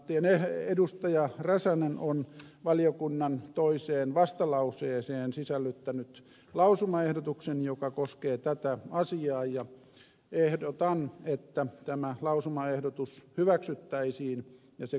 räsänen on valiokunnan toiseen vastalauseeseen sisällyttänyt lausumaehdotuksen joka koskee tätä asiaa ja ehdotan että tämä lausumaehdotus hyväksyttäisiin ja se kuuluu